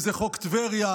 אם זה חוק טבריה,